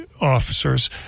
officers